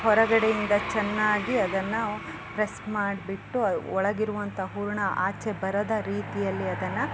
ಹೊರಗಡೆಯಿಂದ ಚೆನ್ನಾಗಿ ಅದನ್ನು ಪ್ರೆಸ್ ಮಾಡಿಬಿಟ್ಟು ಒಳಗಿರುವಂಥ ಹೂರಣ ಆಚೆ ಬರದ ರೀತಿಯಲ್ಲಿ ಅದನ್ನು